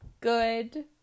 good